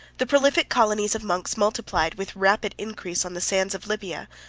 the prolific colonies of monks multiplied with rapid increase on the sands of libya,